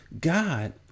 God